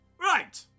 Right